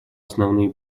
основные